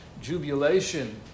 jubilation